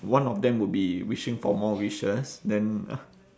one of them would be wishing for more wishes then